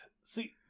See